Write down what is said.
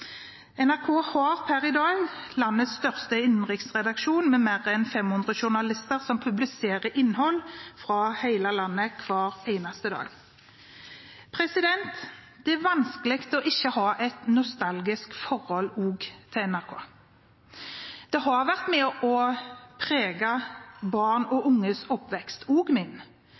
dag landets største innenriksredaksjon, med mer enn 500 journalister som publiserer innhold fra hele landet hver eneste dag. Det er vanskelig ikke også å ha et nostalgisk forhold til NRK. Det har vært med og preget barn og unges oppvekst, også min.